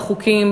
בחוקים,